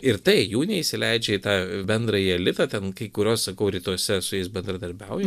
ir tai jų neįsileidžia į tą bendrąjį elitą ten kai kurios sakau rytuose su jais bendradarbiauja